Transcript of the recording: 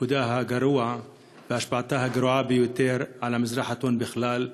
תפקודה הגרוע והשפעתה הגרועה ביותר על המזרח התיכון בכלל,